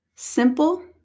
Simple